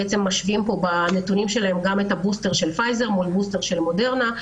משוות בנתונים שלהם גם את הבוסטר של פייזר מול בוסטר של מודרנה.